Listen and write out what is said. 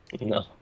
No